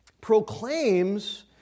proclaims